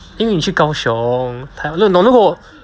因为你去高雄台如果我